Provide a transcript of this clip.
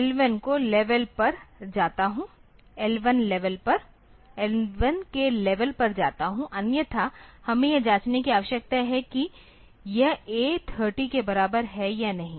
तो उस स्थिति में मैं L1 के लेवल पर जाता हूं अन्यथा हमें यह जाँचने की आवश्यकता है कि यह A30 के बराबर है या नहीं